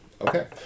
Okay